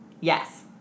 Yes